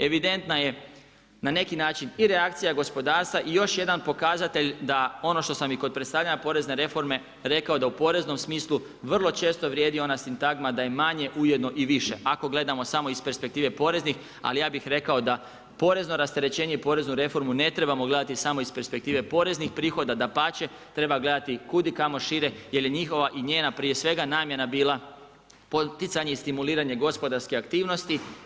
Evidentna je na neki način i reakcija gospodarstva i još jedan pokazatelj da ono što sam i kod predstavljanja porezne reforme rekao, da u poreznom smislu, vrlo često vrijedi ona sintagma, da je manje ujedno i više, ako gledamo samo iz perspektive poreznih, ali ja bih rekao, da porezno rasterećenje i porezno reformu ne trebamo gledati samo iz perspektive poreznih prihoda, dapače, treba gledati kud i kamo šire, jer je njihova i njena prije svega namjena bila poticanje i stimuliranje gospodarske aktivnost.